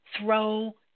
throw